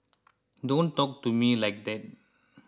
don't talk to me like that